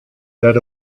that